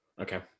Okay